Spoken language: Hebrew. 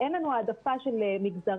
אין לנו העדפה של מגזרים,